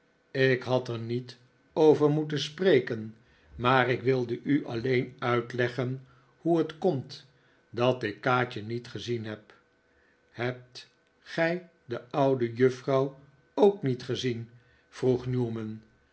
ik had er niet over moeten spreken maar ik wilde u alleen uitleggen hoe het komt dat ik kaatje niet gezien heb hebt gij de oude juffrouw ook niet gezien vroeg newman